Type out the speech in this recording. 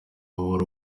habura